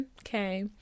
Okay